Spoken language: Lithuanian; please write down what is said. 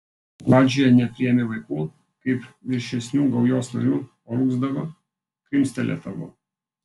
pradžioje nepriėmė vaikų kaip viršesnių gaujos narių paurgzdavo krimstelėdavo